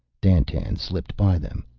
dandtan slipped by them.